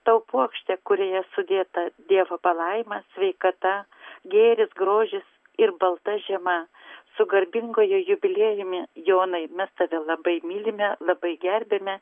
tau puokštę kurioje sudėta dievo palaima sveikata gėris grožis ir balta žiema su garbinguoju jubiliejumi jonai mes tave labai mylime labai gerbiame